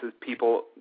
people